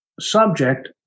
subject